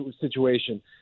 situation